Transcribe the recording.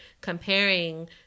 comparing